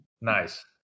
Nice